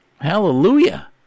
Hallelujah